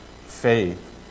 faith